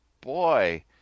boy